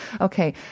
Okay